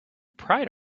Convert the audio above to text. pride